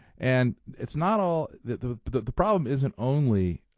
and it's not all the problem isn't only